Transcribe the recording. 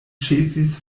ĉesis